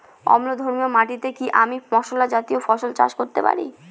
অম্লধর্মী মাটিতে কি আমি মশলা জাতীয় ফসল চাষ করতে পারি?